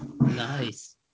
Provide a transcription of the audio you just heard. Nice